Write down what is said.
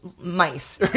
mice